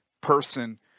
person